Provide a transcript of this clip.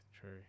true